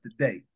today